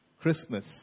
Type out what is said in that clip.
Christmas